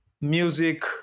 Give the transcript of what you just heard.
music